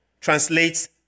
translates